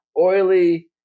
oily